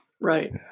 right